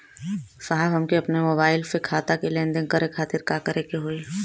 साहब हमके अपने मोबाइल से खाता के लेनदेन करे खातिर का करे के होई?